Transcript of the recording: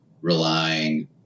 relying